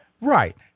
Right